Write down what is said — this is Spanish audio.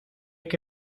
que